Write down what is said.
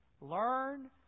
Learn